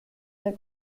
der